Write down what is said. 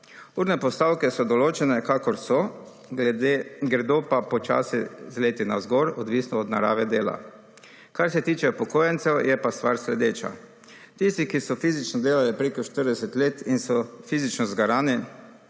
Urne postavke so določene kakor so, gredo pa počasi z leti navzgor odvisno od narave dela. Kar se tiče upokojencev, je pa stvar sledeča. Tisti, ki so fizično delali prek 40 let in so fizično zgaran,